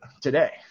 today